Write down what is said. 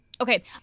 Okay